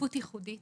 ייחודית